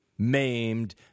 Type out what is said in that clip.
maimed